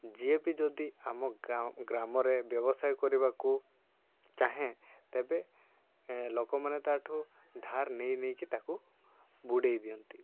ଯିଏ ବି ଯଦି ଆମ ଗାଁ ଗ୍ରାମରେ ବ୍ୟବସାୟ କରିବାକୁ ଚାହେଁ ତେବେ ଲୋକମାନେ ତା'ଠୁ ଧାର୍ ନେଇ ନେଇକି ତା'କୁ ବୁଡ଼େଇ ଦିଅନ୍ତି